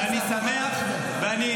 ואני שמח שאתה,